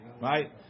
Right